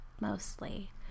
mostly